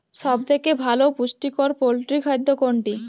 সব থেকে ভালো পুষ্টিকর পোল্ট্রী খাদ্য কোনটি?